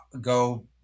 go